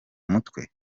mutwe